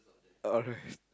alright